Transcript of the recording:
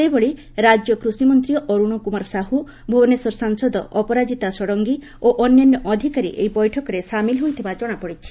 ସେହିଭଳି ରାକ୍ୟ କୂଷିମନ୍ତୀ ଅରୁଣ କୁମାର ସାହୁ ଭୁବନେଶ୍ୱର ସାଂସଦ ଅପରାଜିତା ଷତ୍ଙଗୀ ଓ ଅନ୍ୟାନ୍ୟ ଅଧିକାରୀ ଏହି ବୈଠକରେ ସାମିଲ ହୋଇଥିବା ଜଣାପଡିଛି